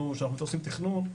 כשאחנו עושים תכנון,